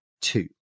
two